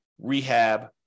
rehab